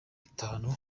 itanu